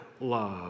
love